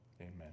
Amen